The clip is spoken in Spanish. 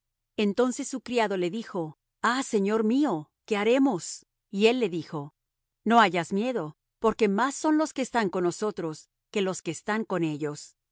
entonces su criado le dijo ah señor mío qué haremos y él le dijo no hayas miedo porque más son los que están con nosotros que los que están con ellos